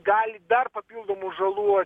gali dar papildomų žalų